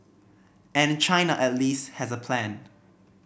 and China at least has a plan